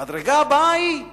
המדרגה הבאה היא,